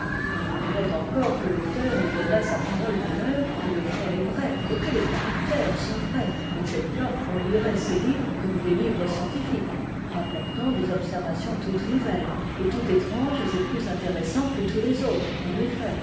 on voudrait encore que l'auteur nous donnât sa parole d'honneur que le fait est vrai et que les caractères sont vrais auquel cas on lirait ces livres comme des livres scientifiques rapportant des observations toutes nouvelles et tout étranges et plus intéressants que tous les autres en effet